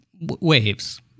waves